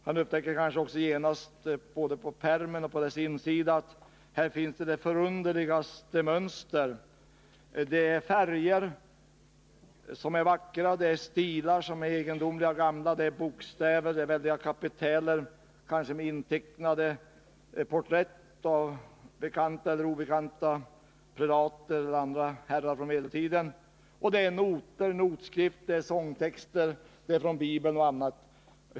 Han upptäcker kanske också att det både på pärmens utsida och på dess insida finns det mest förunderliga mönster, vackra färger, bokstäver och kapitäler i gammal egendomlig stil, kanske tecknade porträtt av bekanta och obekanta prelater eller andra herrar från medeltiden. Det finns noter, sångtexter, bibelcitat och annat.